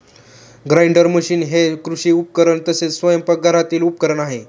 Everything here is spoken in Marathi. ग्राइंडर मशीन हे कृषी उपकरण तसेच स्वयंपाकघरातील उपकरण आहे